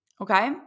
Okay